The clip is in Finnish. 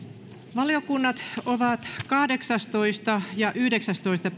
valiokunnat ovat kahdeksastoista ja yhdeksästoista